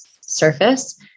surface